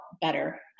better